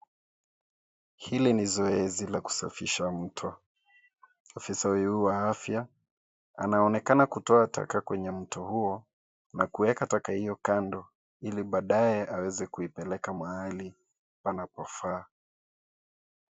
Hili ni zoezi la kusafisha mto, afisa huyu wa afya, anaonekana kutoa taka kwenye mto huo, na kuweka taka hiyo kando, ili baadaye aweze kuipeleka mahali panapofaa.